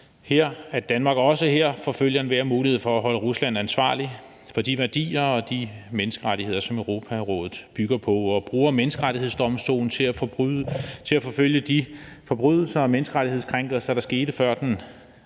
at Danmark også her forfølger enhver mulighed for at holde Rusland ansvarlig for de værdier og de menneskerettigheder, som Europarådet bygger på, og bruger Menneskerettighedsdomstolen til at forfølge de ansvarlige bag de forbrydelser og menneskerettighedskrænkelser, der skete før den